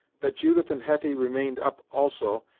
that judith and hetty remained up also,